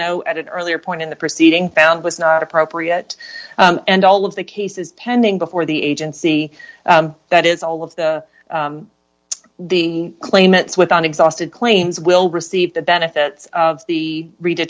know at an earlier point in the proceeding found was not appropriate and all of the cases pending before the agency that is all of the claimants with an exhausted claims will receive the benefits of the rede